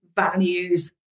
values